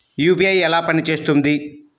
UPI ఎలా పనిచేస్తుంది?